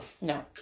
No